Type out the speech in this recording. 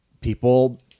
people